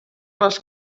les